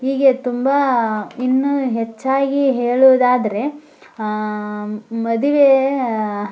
ಹೀಗೆ ತುಂಬ ಇನ್ನು ಹೆಚ್ಚಾಗಿ ಹೇಳುವುದಾದರೆ ಮದುವೆ